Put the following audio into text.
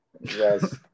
Yes